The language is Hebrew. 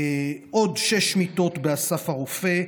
עוד שש מיטות באסף הרופא,